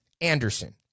Anderson